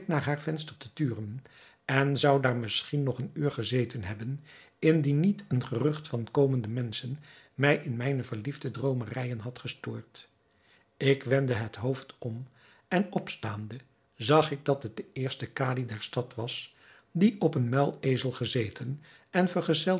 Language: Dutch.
naar haar venster te turen en zou daar misschien nog een uur gezeten hebben indien niet een gerucht van komende menschen mij in mijne verliefde droomerijen had gestoord ik wendde het hoofd om en opstaande zag ik dat het de eerste kadi der stad was die op een muilezel gezeten en vergezeld